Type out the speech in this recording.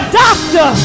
doctor